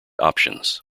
options